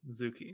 mizuki